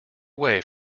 away